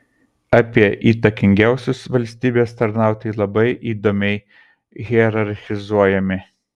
apie įtakingiausius valstybės tarnautojai labai įdomiai hierarchizuojami